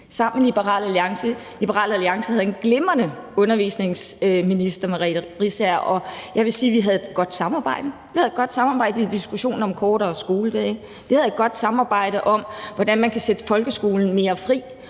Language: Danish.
Alliance. Liberal Alliance havde en glimrende undervisningsminister, Merete Riisager, og jeg vil sige, at vi havde et godt samarbejde. Vi havde et godt samarbejde i diskussionen om kortere skoledage, vi havde et godt samarbejde om, hvordan man kan sætte folkeskolen mere fri,